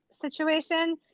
situation